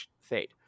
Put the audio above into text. fate